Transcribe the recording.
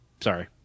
Sorry